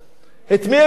את מי הם מכירים?